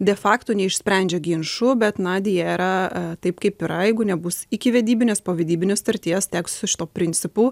de fakto neišsprendžia ginčų bet na deja yra taip kaip yra jeigu nebus taip kaip yra jeigu nebus ikivedybinės povedybinės sutarties teks su šituo principu